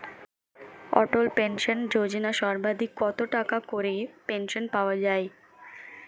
অটল pension যোজনা সর্বাধিক কত টাকা করে পেনশন পাওয়া যায়?